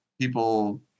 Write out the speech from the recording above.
people